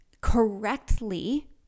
correctly